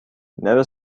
never